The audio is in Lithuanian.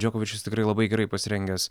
džokovičius tikrai labai gerai pasirengęs